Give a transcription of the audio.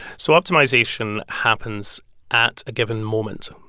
so optimization happens at a given moment.